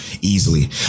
Easily